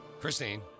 Christine